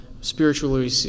spiritually